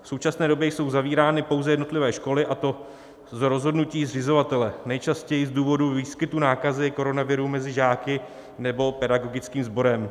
V současné době jsou zavírány pouze jednotlivé školy, a to z rozhodnutí zřizovatele, nejčastěji z důvodu výskytu nákazy koronaviru mezi žáky nebo pedagogickým sborem.